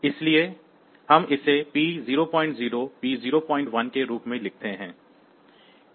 इसलिए हम इसे P00 P01 के रूप में लिखते हैं